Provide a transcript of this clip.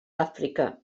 àfrica